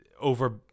over